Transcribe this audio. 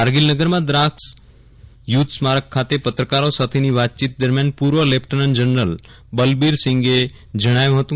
કારગીલ નગરમાં દ્રાસ યુદ્ધ સ્મારક ખાતે પત્રકારો સાથેની વાતચીત દરમ્યાન પૂર્વ લેફટનન્ટ જનરલ બલબીરસિંઘે આ પ્રમાણે જણાવ્યું હતું